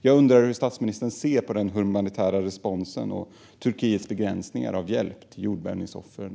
Jag undrar hur statsministern ser på den humanitära responsen och Turkiets begränsningar av hjälp till jordbävningsoffren.